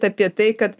apie tai kad